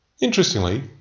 Interestingly